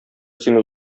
сине